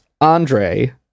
Andre